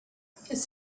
his